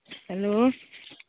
hello